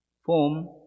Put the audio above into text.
Form